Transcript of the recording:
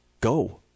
go